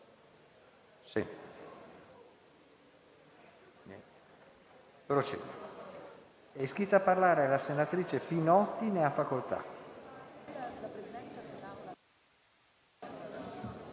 PRESIDENTE. È iscritta a parlare la senatrice Pinotti. Ne ha facoltà.